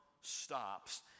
stops